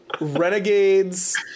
Renegades –